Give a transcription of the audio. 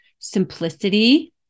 simplicity